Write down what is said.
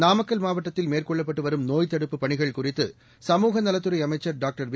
நாமக்கல் மாவட்டத்தில் மேற்கொள்ளப்பட்டு வரும் நோய்த் தடுப்புப் பணிகள் குறித்து சமூகநலத்துறை அமைச்சர் டாக்டர் வெ